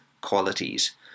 qualities